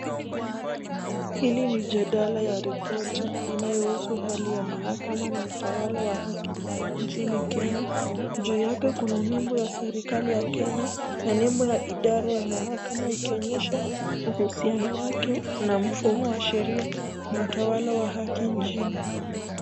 Hili ni jadala ya ripoti inayohusu mahakama na utawala wake nchini Kenya. Juu yake kuna nembo ya serikali ya Kenya na nembo ya idara ya mahakama ikionyesha uhusiano wake na mfumo wa sheria na utawala wa haki nchini.